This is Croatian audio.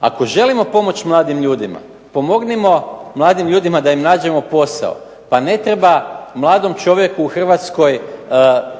ako želimo pomoći mladim ljudima pomognimo mladim ljudima da im nađemo posao. Pa ne treba mladom čovjeku u Hrvatskoj